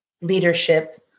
leadership